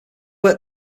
work